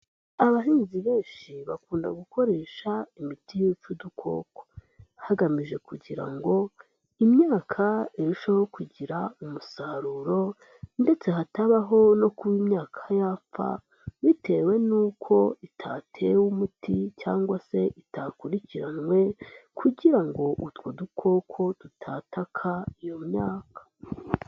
Abahinzi benshi bakunda gukoresha imiti yica udukoko, hagamijwe kugira ngo imyaka irusheho kugira umusaruro ndetse hatabaho no kuba imyaka yapfa, bitewe n'uko itatewe umuti cyangwa se itakurikiranwe kugira ngo utwo dukoko tutataka iyo myaka.